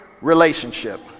relationship